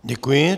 Děkuji.